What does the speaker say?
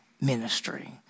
ministry